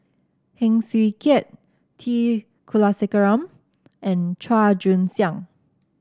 Heng Swee Keat T Kulasekaram and Chua Joon Siang